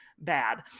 bad